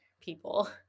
people